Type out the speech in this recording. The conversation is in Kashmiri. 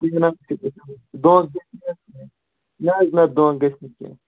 نہَ حظ نہَ دۄکھٕ گژھِ نہٕ کیٚنٛہہ